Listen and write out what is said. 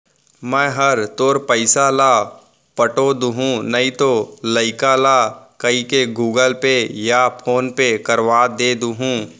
मैं हर तोर पइसा ल पठो दुहूँ नइतो लइका ल कइके गूगल पे या फोन पे करवा दे हूँ